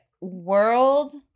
world